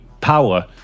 power